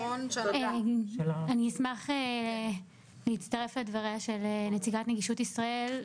אני אשמח להצטרף לדבריה של נציגת נגישות ישראל.